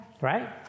Right